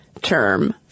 term